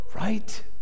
Right